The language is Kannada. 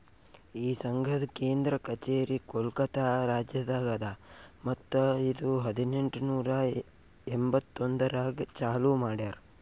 ಈ ಸಂಘದ್ ಕೇಂದ್ರ ಕಚೇರಿ ಕೋಲ್ಕತಾ ರಾಜ್ಯದಾಗ್ ಅದಾ ಮತ್ತ ಇದು ಹದಿನೆಂಟು ನೂರಾ ಎಂಬತ್ತೊಂದರಾಗ್ ಚಾಲೂ ಮಾಡ್ಯಾರ್